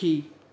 पखी